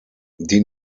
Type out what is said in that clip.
die